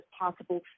possible